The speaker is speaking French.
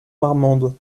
marmande